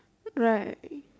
right